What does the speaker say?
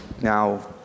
now